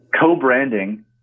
co-branding